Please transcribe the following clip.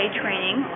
training